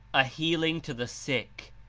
a healing to the sick,